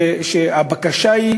שהבקשה היא